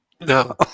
no